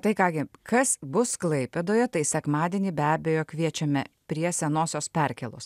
tai ką gi kas bus klaipėdoje tai sekmadienį be abejo kviečiame prie senosios perkėlos